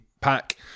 pack